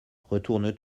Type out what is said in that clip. retourne